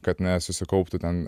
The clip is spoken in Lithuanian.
kad nesusikauptų ten